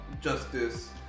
Justice